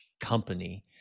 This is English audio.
company